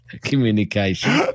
communication